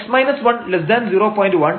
x 1 0